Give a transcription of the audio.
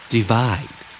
Divide